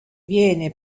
viene